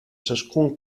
ciascun